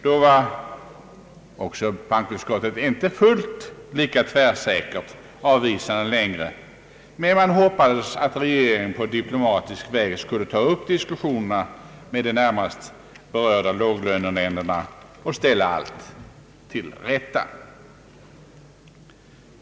Då var bankoutskottet inte fullt lika tvärsäkert avvisande längre, men man hoppades att regeringen på diplomatisk väg skulle ta upp diskussioner med de närmast berörda låglöneländerna och ställa allt till rätta.